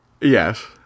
Yes